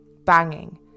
banging